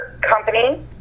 company